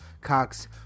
Cox